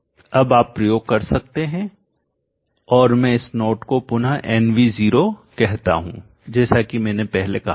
तो अब आप प्रयोग कर सकते हैं और मैं इस नोड को पुनः nV0 कहता हूं जैसा कि मैंने पहले कहा था